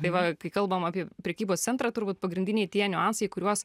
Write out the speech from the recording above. tai va kai kalbam apie prekybos centrą turbūt pagrindiniai tie niuansai į kuriuos